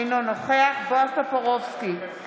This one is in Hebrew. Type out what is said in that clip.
אינו נוכח בועז טופורובסקי,